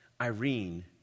Irene